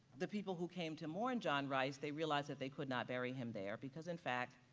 the people who came to mourn john rice, they realized that they could not bury him there because in fact,